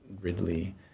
Ridley